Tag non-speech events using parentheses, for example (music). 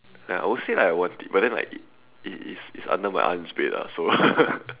I would say like I want it but then like it it's under my aunt's bed ah so (laughs)